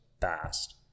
fast